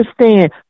understand